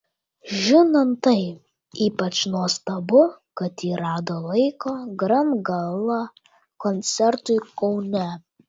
žinant tai ypač nuostabu kad ji rado laiko grand gala koncertui kaune